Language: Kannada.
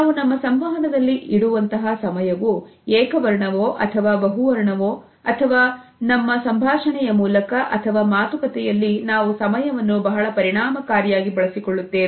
ನಾವು ನಮ್ಮ ಸಂವಹನದಲ್ಲಿ ಇಡುವಂತಹ ಸಮಯವು ಏಕವರ್ಣವೋ ಅಥವಾ ಬಹುವರ್ಣವೋ ಅಥವಾ ನಮ್ಮ ಸಂಭಾಷಣೆಯ ಮೂಲಕ ಅಥವಾ ಮಾತುಕತೆಯಲ್ಲಿ ನಾವು ಸಮಯವನ್ನು ಬಹಳ ಪರಿಣಾಮಕಾರಿಯಾಗಿ ಬಳಸಿಕೊಳ್ಳುತ್ತೇವೆ